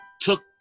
took